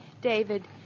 David